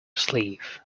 sleeve